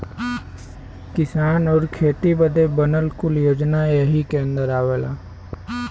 किसान आउर खेती बदे बनल कुल योजना यही के अन्दर आवला